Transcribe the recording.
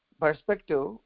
perspective